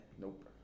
Nope